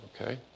Okay